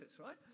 right